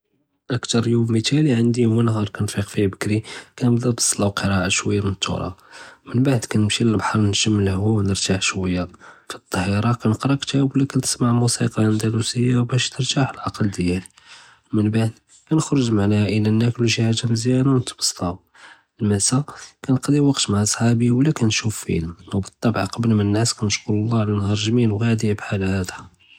אכּתר יֹום מתסאלי ענדִי הוא אלנהאר לִי כּנפיק פִיה בּכּרי וכּנבּדא בּצּלא וּאלקְּראאַ שׁוִיָה מן אלתּרא, מן בּעד כּנמשִי ללבּחר נשׁם אלהואא וּנרתאח שׁוִיָה, פִי אלצהִירה כּנקְּרא כּּתאבּ וּלא כּנשׁמַע מוסיקָּא אנדלוסִיָה באשׁ ירתאח אלעקְּל דִיאלי, מן בּעד כּנחרוג' מע אלעאאִלה נאכּלו שִׁי חאגָה מזִיאנה וּנתבּסּטאו, אלמסא כּנקְּדִי וקְּת מע צחאבִּי וּלא כּנשׁוּף פִילם וּבּאלטּבע קּבּל מא ננעס כּנשׁכֹּר אללה עלא אלנהאר אלגּמִיל וְהאדִי בּחאל האדא.